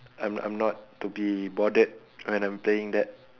I'm I'm not to be bothered when I'm playing that